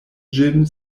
ĝin